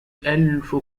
ألف